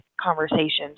conversations